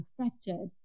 affected